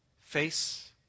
Face